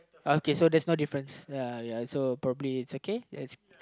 okay so there's no difference ya so probably it's okay ya it's